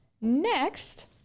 next